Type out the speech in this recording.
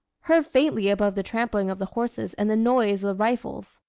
heard faintly above the trampling of the horses and the noise of the rifles.